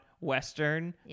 western